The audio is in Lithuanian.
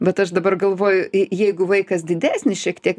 bet aš dabar galvoju jeigu vaikas didesnis šiek tiek